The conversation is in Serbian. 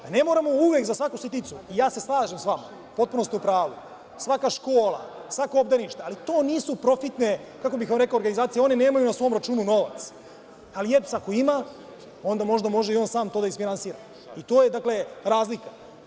Ne moramo uvek za svaku sitnicu, slažem se sa vama, potpuno ste u pravu, svaka škola, svako obdanište, ali to nisu profitne, kako bih vam rekao, organizacije, one nemaju na svom računu novac, ali EPS ako ima, onda možda može i on sam to da isfinansira i to je razlika.